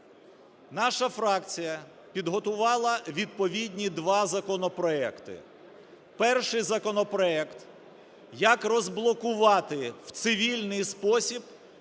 Наша фракція підготувала відповідні два законопроекти. Перший законопроект: як розблокувати в цивільний спосіб